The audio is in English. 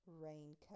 Raincoat